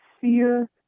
fear